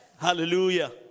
Hallelujah